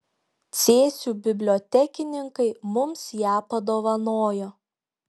cėsių bibliotekininkai mums ją padovanojo